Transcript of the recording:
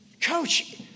coach